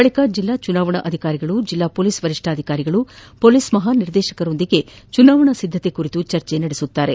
ಬಳಿಕ ಜಿಲ್ಲಾ ಚುನಾವಣಾಧಿಕಾರಿಗಳು ಜಿಲ್ಲಾ ಪೊಲೀಸ್ ವರಿಷ್ಠಾಧಿಕಾರಿಗಳು ಪೊಲೀಸ್ ಮಹಾ ನಿರ್ದೇಶಕರೊಂದಿಗೆ ಚುನಾವಣಾ ಸಿದ್ದತೆ ಕುರಿತು ಚರ್ಚೆ ನಡೆಸುತ್ತಾರೆ